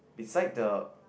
beside the